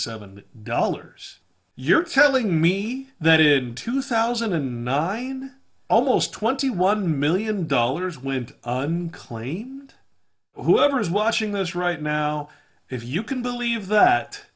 seven dollars you're telling me that in two thousand and nine almost twenty one million dollars wind cleaned whoever is watching this right now if you can believe that